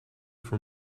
for